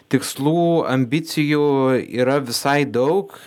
tikslų ambicijų yra visai daug